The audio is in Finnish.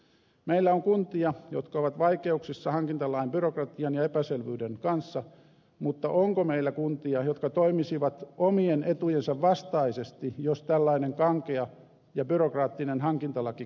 meillä on kuntia jotka ovat vaikeuksissa hankintalain byrokratian ja epäselvyyden kanssa mutta onko meillä kuntia jotka toimisivat omien etujensa vastaisesti jos tällainen kankea ja byrokraattinen hankintalaki kumottaisiin